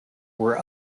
were